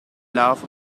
laugh